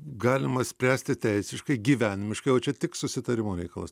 galima spręsti teisiškai gyvenimiškai o čia tik susitarimo reikalas